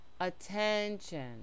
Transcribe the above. attention